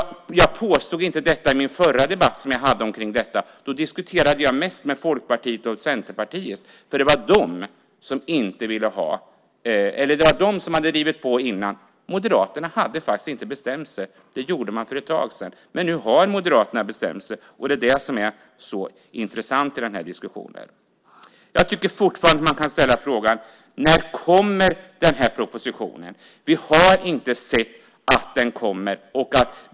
Jag påstod inte det i den förra debatten om detta som jag deltog i. Då diskuterade jag mest med Folkpartiet och Centerpartiet. Det var de som hade drivit på innan. Moderaterna hade faktiskt inte bestämt sig. Det gjorde man för ett tag sedan. Men nu har Moderaterna bestämt sig, och det är det som är så intressant i den här diskussionen. Jag tycker fortfarande att man kan ställa frågan: När kommer den här propositionen? Vi har inte sett att den kommer.